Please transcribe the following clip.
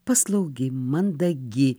paslaugi mandagi